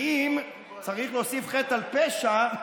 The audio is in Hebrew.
ואם צריך להוסיף חטא על פשע,